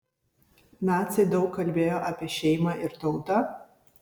naciai daug kalbėjo apie šeimą ir tautą